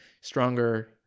stronger